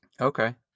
Okay